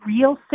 real